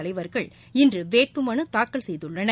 தலைவர்கள் இன்றுவேட்பு மனுதாக்கல் செய்துள்ளனர்